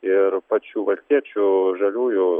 ir pačių valstiečių žaliųjų